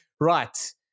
Right